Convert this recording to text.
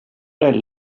det